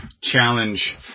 challenge